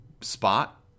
spot